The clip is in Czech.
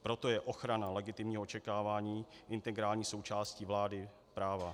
Proto je ochrana legitimního očekávání integrální součástí vlády práva.